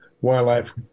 wildlife